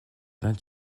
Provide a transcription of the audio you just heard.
vingt